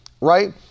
right